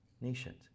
nations